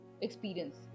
experience